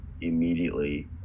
immediately